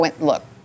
look